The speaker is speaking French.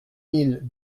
mille